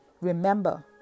remember